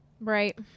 Right